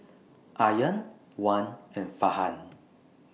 Aryan Wan and Farhan